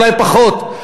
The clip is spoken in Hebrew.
אולי פחות,